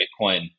Bitcoin